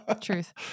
Truth